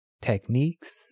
techniques